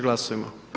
Glasujmo.